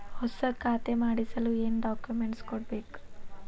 ಹೊಸ ಖಾತೆ ಮಾಡಿಸಲು ಏನು ಡಾಕುಮೆಂಟ್ಸ್ ಕೊಡಬೇಕು?